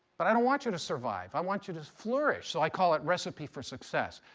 but i don't want you to survive, i want you to flourish. so i call it recipe for success.